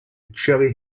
cherry